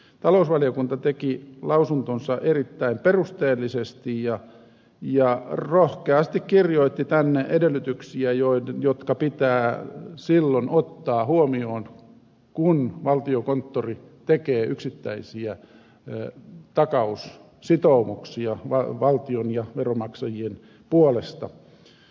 talousvaliokunta teki lausuntonsa erittäin perusteellisesti ja rohkeasti kirjoitti tänne edellytyksiä jotka pitää silloin ottaa huomioon kun valtiokonttori tekee yksittäisiä takaussitoumuksia valtion ja veronmaksajien puolesta